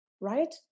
right